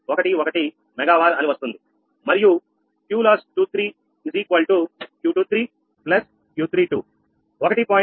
11 మెగావార్ అని వస్తుంది మరియుQLOSS 23 Q23 Q32 1